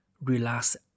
Relax